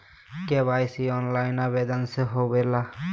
KYC online आवेदन से होवे ला?